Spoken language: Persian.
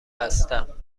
هستم